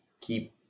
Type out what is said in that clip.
keep